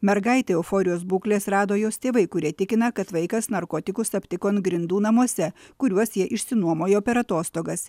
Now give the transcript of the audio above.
mergaitę euforijos būklės rado jos tėvai kurie tikina kad vaikas narkotikus aptiko ant grindų namuose kuriuos jie išsinuomojo per atostogas